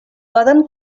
poden